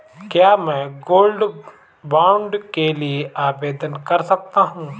क्या मैं gold bond के लिए आवेदन कर सकता हूं?